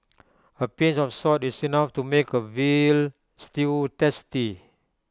A pinch of salt is enough to make A Veal Stew tasty